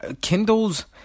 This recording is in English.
kindle's